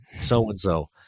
so-and-so